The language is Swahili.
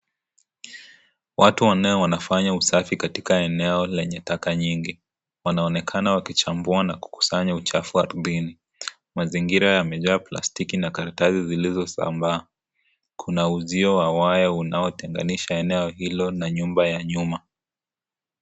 Watu wanne wanafanya usafi katika eneo lenye taka nyingi. Wanaonekana wakichambua na kukusanya uchafu ardhini. Mazingira yamejaa plastiki na karatasi zilizosambaa. Kuna uzio wa waya unaotenganisha eneo hilo na nyumba ya nyuma.